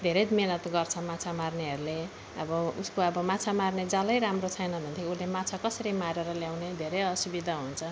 धेरै मेहनत गर्छ माछा मार्नेहरूले अब ऊ सको अब माछा मार्ने जालै राम्रो छैन भनेदेखि उसले माछा कसरी मारेर ल्याउने धेरै असुविधा हुन्छ